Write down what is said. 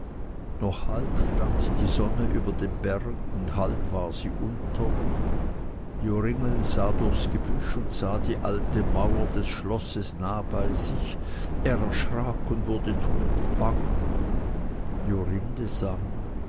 noch halb stand die sonne über dem berg und halb war sie unter joringel sah durchs gebüsch und sah die alte mauer des schlosses nah bei sich er erschrak und wurde todbang jorinde